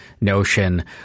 notion